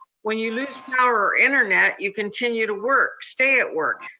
when you lose power or internet, you continue to work, stay at work,